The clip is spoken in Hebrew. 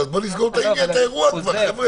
בואו נסגור את האירוע כבר.